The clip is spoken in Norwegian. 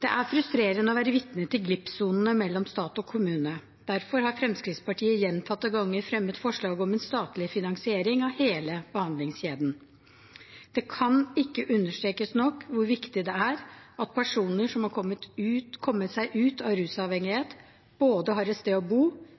Det er frustrerende å være vitne til glippsonene mellom stat og kommune. Derfor har Fremskrittspartiet gjentatte ganger fremmet forslag om en statlig finansiering av hele behandlingskjeden. Det kan ikke understrekes nok hvor viktig det er at personer som har kommet seg ut av rusavhengighet, både har et sted å bo,